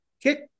kick